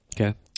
Okay